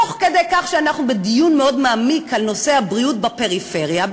תוך כדי כך שאנחנו בדיון מאוד מעמיק בנושא הבריאות בפריפריה,